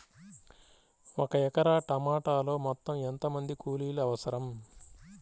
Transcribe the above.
ఒక ఎకరా టమాటలో మొత్తం ఎంత మంది కూలీలు అవసరం?